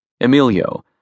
Emilio